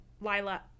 Lila